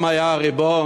פעם הייתם הריבון.